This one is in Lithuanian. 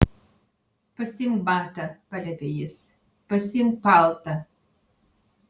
pasiimk batą paliepė jis pasiimk paltą